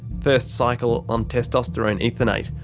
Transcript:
first cycle on testosterone ethanoate.